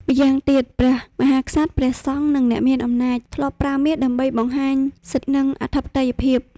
ម្យ៉ាងទៀត ព្រះមហាក្សត្រ ព្រះសង្ឃ និងអ្នកមានអំណាច ធ្លាប់ប្រើមាសដើម្បីបង្ហាញសិទ្ធិ និងអធិបតេយ្យភាព។